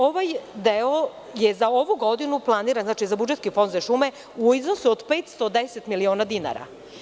Ovaj deo je za ovu godinu planiran za Budžetski fond za šume u iznosu od 510 miliona dinara.